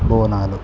Bonalu